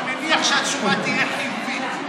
אני מניח שהתשובה תהיה חיובית.